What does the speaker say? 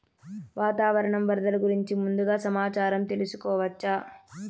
వాతావరణం వరదలు గురించి ముందుగా సమాచారం తెలుసుకోవచ్చా?